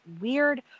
weird